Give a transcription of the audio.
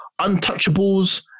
untouchables